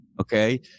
okay